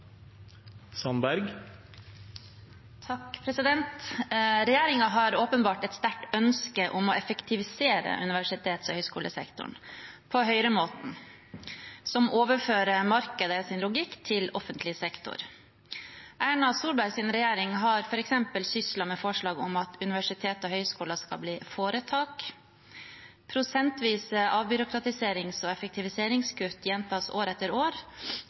høyskolesektoren på høyremåten, som overfører markedets logikk til offentlig sektor. Erna Solbergs regjering har f.eks. syslet med forslag om at universiteter og høyskoler skal bli foretak, og prosentvise avbyråkratiserings- og effektiviseringskutt gjentas år etter år.